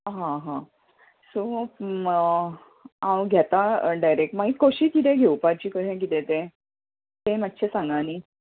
हां हां सो हांव घेतां डायरेक्ट मागीर कशी कितें घेवपाची कशें कितें तें तें मात्शे सांगा नी